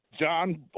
John